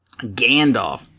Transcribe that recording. Gandalf